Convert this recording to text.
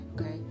okay